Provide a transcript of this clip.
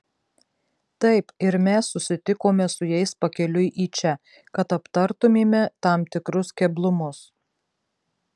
taip ir mes susitikome su jais pakeliui į čia kad aptartumėme tam tikrus keblumus